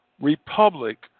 republic